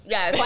Yes